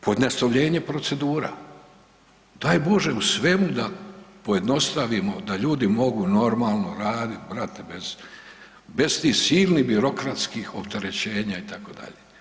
Pojednostavljenje procedura, daj Bože u svemu da pojednostavimo da ljudi mogu normalno raditi brate bez tih silnih birokratskih opterećenja itd.